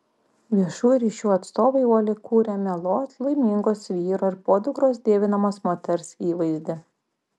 viešųjų ryšių atstovai uoliai kūrė mielos laimingos vyro ir podukros dievinamos moters įvaizdį